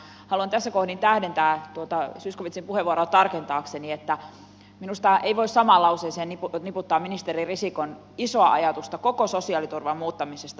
haluan tässä kohden tähdentää tuota zyskowiczin puheenvuoroa tarkentaakseni että minusta ei voi samaan lauseeseen niputtaa ministeri risikon isoa ajatusta koko sosiaaliturvan muuttamisesta vastikkeelliseksi